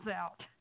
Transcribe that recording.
out